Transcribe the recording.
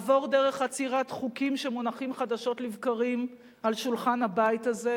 עבור דרך עצירת חוקים שמונחים חדשות לבקרים על שולחן הבית הזה